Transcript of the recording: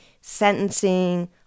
sentencing